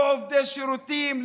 לא עובדי שירותים,